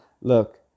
Look